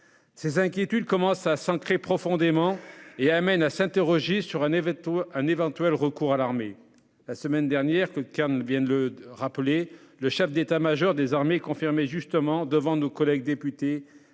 Ces inquiétudes commencent à s'ancrer profondément et amènent à s'interroger sur un éventuel recours à l'armée. La semaine dernière, le chef d'état-major des armées confirmait justement, devant nos collègues députés,